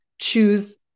choose